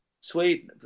Sweden